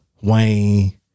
Wayne